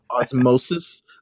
osmosis